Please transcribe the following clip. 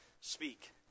Speak